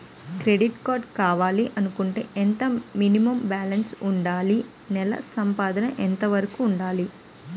Credit card కావాలి అనుకుంటే ఎంత మినిమం బాలన్స్ వుందాలి? నెల సంపాదన ఎంతవరకు వుండాలి?